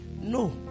No